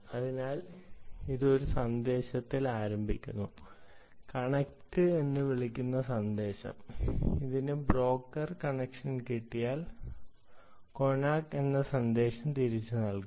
അതിനാൽ ഇത് ഒരു സന്ദേശത്തിൽ ആരംഭിക്കുന്നു കണക്റ്റ് എന്ന് വിളിക്കുന്ന സന്ദേശം ഇതിനു ബ്രോക്കർ കണക്ഷൻ കിട്ടിയാൽ 'കൊണാക്ക്' സന്ദേശം തിരിച്ചു നൽകും